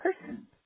person